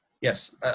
Yes